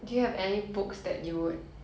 oh my god no wonder